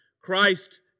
Christ